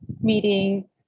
meeting